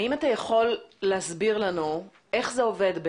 האם אתה יכול להסביר לנו איך זה עובד?